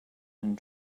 and